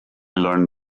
learned